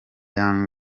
young